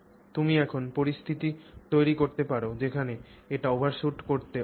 তুমি এমন পরিস্থিতি তৈরি করতে পার যেখানে এটি ওভারশুট করতে অক্ষম